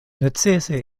necese